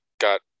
got